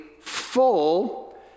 full